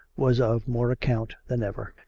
was of more account than ever.